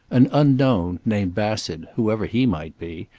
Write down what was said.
an unknown named bassett, whoever he might be,